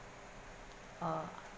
uh